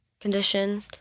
condition